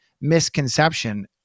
misconception